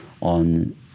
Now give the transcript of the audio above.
on